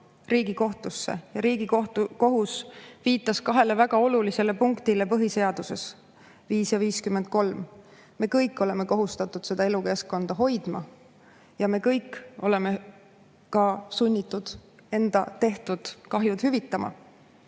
Riigikohtusse. Ja Riigikohus viitas kahele väga olulisele paragrahvile põhiseaduses: 5 ja 53. Me kõik oleme kohustatud seda elukeskkonda hoidma ja me kõik oleme ka sunnitud enda tehtud kahju hüvitama.